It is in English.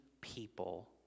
people